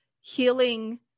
healing